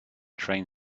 train